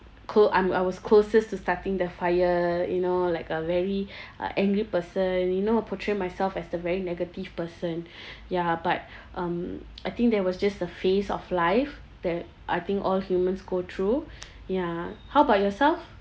clo~ I'm I was closest to starting the fire you know like a very uh angry person you know I portray myself as the very negative person ya but um I think there was just a phase of life that I think all humans go through ya how about yourself